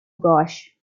ghosh